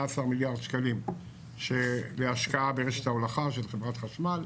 מיליארד שקלים להשקעה ברשת ההולכה של חברת חשמל.